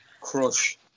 crush